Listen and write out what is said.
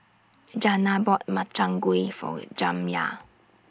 Jana bought Makchang Gui For Jamya